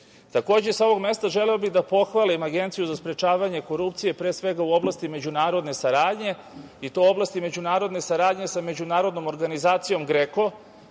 sa ovog mesta želeo bih da pohvalim Agenciju za sprečavanje korupcije, pre svega u oblasti međunarodne saradnje i to u oblasti međunarodne saradnje sa međunarodnom organizacijom GREKO,